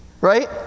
Right